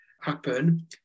happen